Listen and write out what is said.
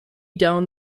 down